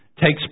takes